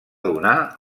donar